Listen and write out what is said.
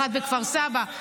אחת בכפר סבא,